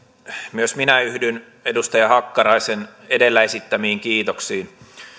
myös minä yhdyn edustaja hakkaraisen edellä esittämiin kiitoksiin